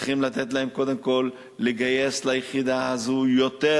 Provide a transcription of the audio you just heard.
צריכים לתת להם קודם כול לגייס ליחידה הזאת יותר